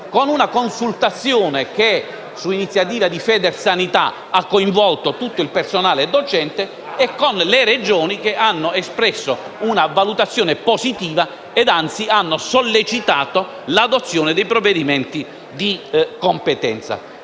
con una consultazione che, su iniziativa di Federsanità, ha coinvolto tutto il personale docente. Le Regioni hanno espresso una valutazione positiva e, anzi, hanno sollecitato l'adozione dei provvedimenti di competenza.